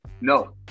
No